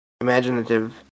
imaginative